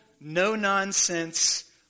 no-nonsense